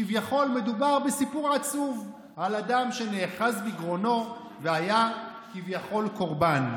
כביכול מדובר בסיפור עצוב על אדם שנאחז בגרונו והיה כביכול קורבן,